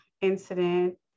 incident